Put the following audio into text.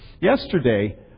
Yesterday